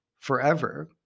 forever